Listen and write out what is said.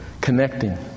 connecting